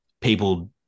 people